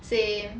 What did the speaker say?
same